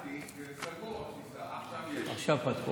סגור, עכשיו יש.